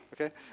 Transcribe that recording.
okay